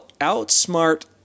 Outsmart